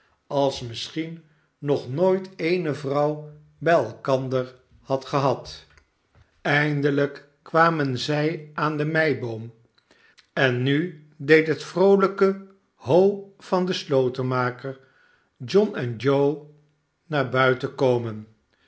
als misschien nog nooit eene vrouw bij elkander had gehad eindelijk kwamen zij aan de meiboom en nu deed het vroolijke ho van den slotenmaker john en joe naar buiten komen